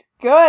Good